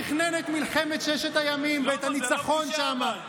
תכנן את מלחמת ששת ימים ואת הניצחון שם.